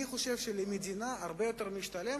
אני חושב שלמדינה הרבה יותר משתלם